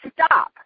stop